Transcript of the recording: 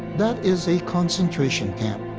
that is a concentration camp.